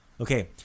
Okay